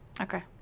Okay